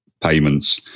payments